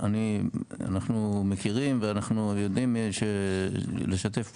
אנחנו מכירים ואנחנו יודעים לשתף פעולה,